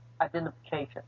identification